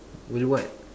will what